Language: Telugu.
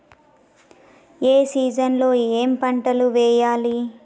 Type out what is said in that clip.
ఏ సీజన్ లో ఏం పంటలు వెయ్యాలి?